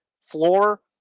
floor